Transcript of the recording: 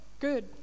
good